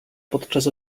podczas